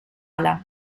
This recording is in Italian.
ala